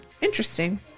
Interesting